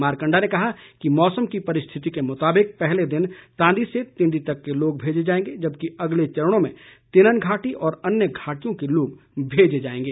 मारकंडा ने कहा कि मौसम की परिस्थिति के मुताबिक पहले दिन तांदी से तिंदी तक के लोग भेजे जाएंगे जबकि अगले चरणों में तिनन घाटी और अन्य घाटियों के लोग भेजें जाएंगे